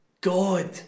God